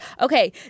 okay